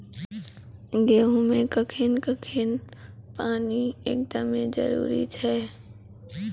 गेहूँ मे कखेन कखेन पानी एकदमें जरुरी छैय?